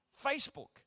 Facebook